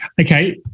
Okay